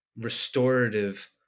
restorative